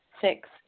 Six